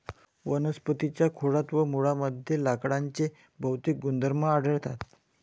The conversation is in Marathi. वनस्पतीं च्या खोडात व मुळांमध्ये लाकडाचे भौतिक गुणधर्म आढळतात